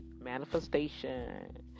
manifestation